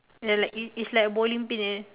ya like it's it's like bowling pin like that